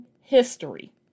history